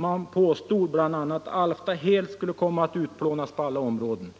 Man påstod bl.a. att Alfta helt skulle komma att utplånas på alla områden.